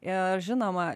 ir žinoma